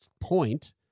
point